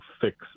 fix